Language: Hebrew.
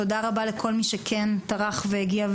תודה רבה לכל מי שכן טרח והגיע,